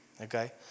Okay